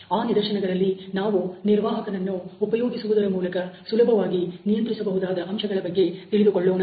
ಆ ನಿದರ್ಶನಗಳಲ್ಲಿ ನಾವು ನಿರ್ವಾಹಕನನ್ನು ಉಪಯೋಗಿಸುವುದರ ಮೂಲಕ ಸುಲಭವಾಗಿ ನಿಯಂತ್ರಿಸ ಬಹುದಾದ ಅಂಶಗಳ ಬಗ್ಗೆ ತಿಳಿದುಕೊಳ್ಳೋಣ